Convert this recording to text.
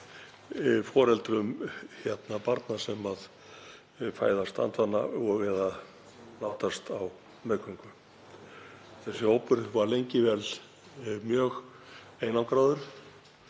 foreldra barna sem fæðast andvana eða látast á meðgöngu. Þessi hópur var lengi vel mjög einangraður